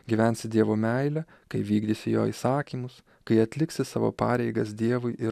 gyvensi dievo meile kai vykdysi jo įsakymus kai atliksi savo pareigas dievui ir